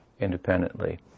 independently